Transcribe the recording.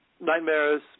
nightmares